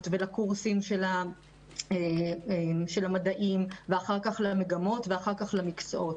ולקורסי המדעים ואחר כך למגמות ולמקצועות.